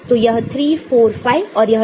तो यह 3 4 5 और यह 6 है